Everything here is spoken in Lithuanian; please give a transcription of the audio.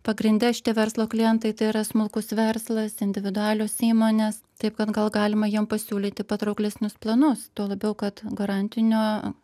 pagrinde šitie verslo klientai tai yra smulkus verslas individualios įmonės taip kad gal galima jom pasiūlyti patrauklesnius planus tuo labiau kad garantinio